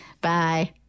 Bye